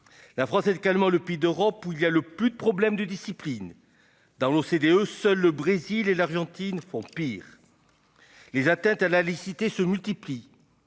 La France est également le pays d'Europe où il y a le plus de problèmes de discipline. Dans l'OCDE, seuls le Brésil et l'Argentine font pire. Les atteintes à la laïcité se multiplient.